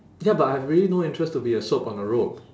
ya but I have really no interest to be a soap on a rope